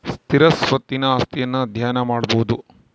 ಸ್ಥಿರ ಸ್ವತ್ತಿನ ಆಸ್ತಿಯನ್ನು ಅಧ್ಯಯನ ಮಾಡಬೊದು